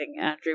Andrew